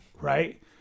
right